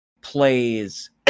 plays